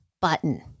button